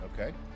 Okay